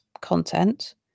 content